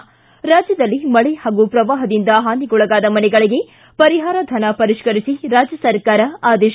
ಿ ರಾಜ್ಯದಲ್ಲಿ ಮಳೆ ಹಾಗೂ ಪ್ರವಾಹದಿಂದ ಹಾನಿಗೊಳಗಾದ ಮನೆಗಳಿಗೆ ಪರಿಹಾರ ಧನ ಪರಿಷ್ಠರಿಸಿ ರಾಜ್ಯ ಸರ್ಕಾರ ಆದೇಶ